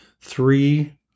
three